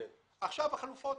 עכשיו לחלופות.